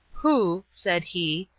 who, said he,